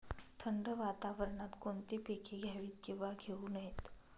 थंड वातावरणात कोणती पिके घ्यावीत? किंवा घेऊ नयेत?